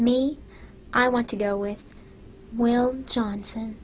me i want to go with well johnson